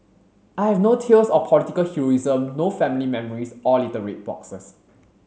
I have no tales of political heroism no family memories or little red boxes